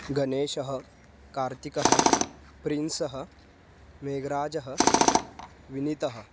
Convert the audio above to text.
गणेशः कार्तिकः प्रियंशः मेघराजः विनीतः